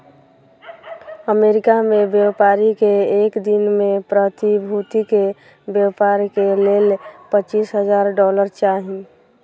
America में व्यापारी के एक दिन में प्रतिभूतिक व्यापार के लेल पचीस हजार डॉलर चाही